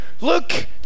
look